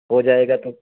ہو جائے گا تو